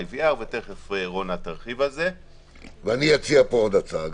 ותכף רונה תרחיב על זה --- ואני אציע פה עוד הצעה,